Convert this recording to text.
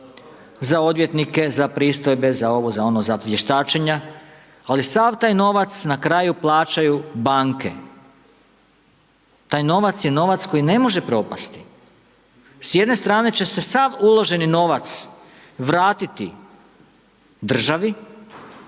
za odvjetnike, za pristojbe, za ovo, za ono, za vještačenja, ali sav taj novac na kraju plaćaju banke, taj novac je novac koji ne može propasti. S jedne strane će se sav uloženi novac vratiti državi,